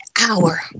hour